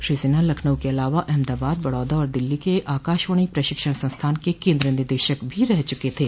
श्री सिन्हा लखनऊ के अलावा अहमदाबाद बड़ौदा और दिल्ली के आकाशवाणी प्रशिक्षण संस्थान के केन्द्र निदेशक भी रह चुके थे